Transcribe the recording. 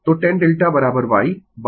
तो tan deltay by x